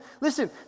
Listen